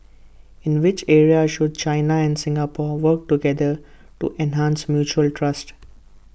in which areas should China and Singapore work together to enhance mutual trust